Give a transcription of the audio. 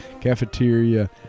cafeteria